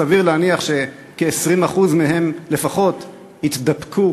סביר להניח שכ-20% מהם לפחות יתדפקו